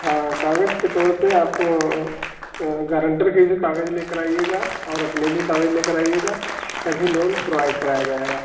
हाँ कागज के तौर पर आप गारन्टर के भी कागज लेकर आइएगा और अपने भी कागज लेकर आइएगा तभी लोन प्रोवाइड कराया जाएगा